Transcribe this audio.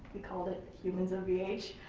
we called it humans of vh.